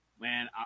man